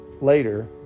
later